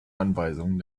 anweisungen